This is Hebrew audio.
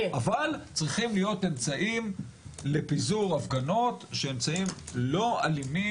אבל צריכים להיות אמצעים לפיזור הפגנות שהם אמצעים לא אלימים,